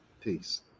Peace